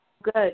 Good